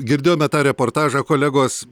girdėjome tą reportažą kolegos